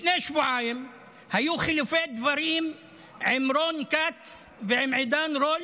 לפני שבועיים היו חילופי דברים עם רון כץ ועם עידן רול,